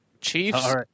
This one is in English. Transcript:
Chiefs